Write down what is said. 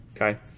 okay